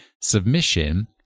Submission